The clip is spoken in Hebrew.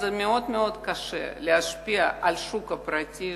ומאוד מאוד קשה להשפיע על השוק הפרטי.